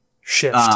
shift